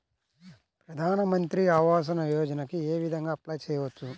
ప్రధాన మంత్రి ఆవాసయోజనకి ఏ విధంగా అప్లే చెయ్యవచ్చు?